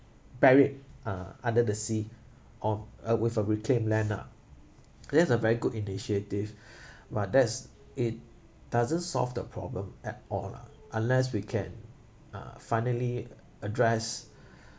buried uh under the sea or uh with a reclaimed land ah that's a very good initiative but that's it doesn't solve the problem at all lah unless we can uh finally address